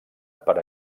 per